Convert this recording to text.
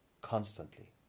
constantly